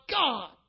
God